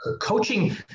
coaching